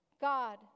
God